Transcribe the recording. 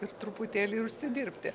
ir truputėlį ir užsidirbti